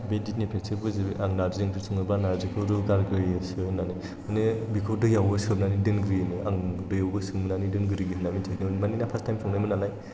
बे दिननिफ्रायसो बुजिबाय आं नारजि ओंख्रि सङोबा नारजिखौ रुगारग्रोयोसो होननानै बिदिनो बेखौ दैयावबो सोमनानै दोनग्रोयोनो आं दैयावबो सोमनानै दोनग्रोयो होननानै मिन्थियाखैमोन मानोना फार्स्ट टाइम संदोंमोननालाय